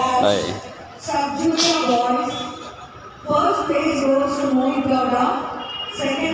robot ಕೃಷಿ ಉದ್ದೇಶಕ್ಕೆ ನಿಯೋಜಿಸ್ಲಾದ ರೋಬೋಟ್ಆಗೈತೆ ರೋಬೋಟ್ ಮುಖ್ಯಕ್ಷೇತ್ರ ಕೊಯ್ಲು ಹಂತ್ದಲ್ಲಿದೆ